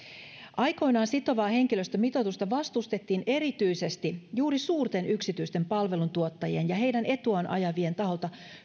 sitovaa henkilöstömitoitusta vastustettiin aikoinaan erityisesti juuri suurten yksityisten palveluntuottajien ja heidän etuaan ajavien taholta